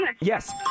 yes